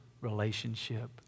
relationship